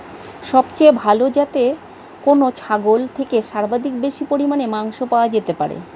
সবচেয়ে ভালো যাতে কোন ছাগল থেকে সর্বাধিক বেশি পরিমাণে মাংস পাওয়া যেতে পারে?